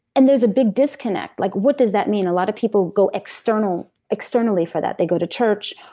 and there's a big disconnect. like, what does that mean? a lot of people go externally externally for that. they go to church,